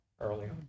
earlier